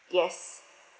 yes